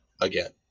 again